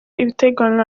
ibiteganywa